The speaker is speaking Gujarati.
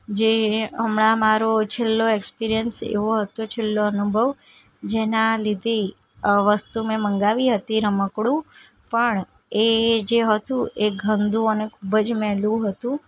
જે હમણાં મારો છેલ્લો ઍક્સપિરિયન્સ એવો હતો છેલ્લો અનુભવ જેનાં લીધે વસ્તુ મેં મગાવી હતી રમકડું પણ એ જે હતું એ ગંદુ અને ખૂબ જ મેલું હતું